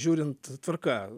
žiūrint tvarka